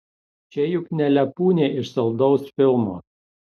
čia juk ne lepūnė iš saldaus filmo